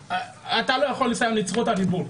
אתה לא יכול לסיים לי את זכות הדיבור.